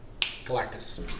Galactus